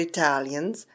Italians